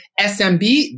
SMB